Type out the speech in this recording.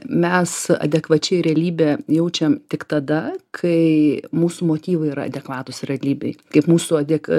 mes adekvačiai realybę jaučiam tik tada kai mūsų motyvai yra adekvatūs realybei kaip mūsų adek